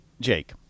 Jake